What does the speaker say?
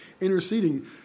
Interceding